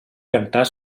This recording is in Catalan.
cantar